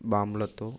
బాంబులతో